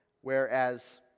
whereas